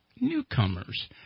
newcomers